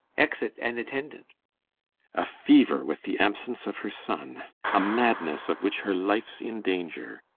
exit an attendant a fever with the absence of her son a madness, of which her life's in danger.